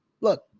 Look